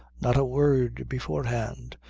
not a word beforehand.